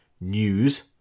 news